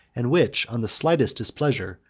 and which, on the slightest displeasure,